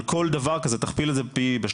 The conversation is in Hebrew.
על כל דבר כזה תכפיל את זה ב-30,